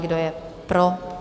Kdo je pro?